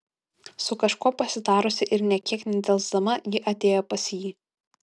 su kažkuo pasitarusi ir nė kiek nedelsdama ji atėjo pas jį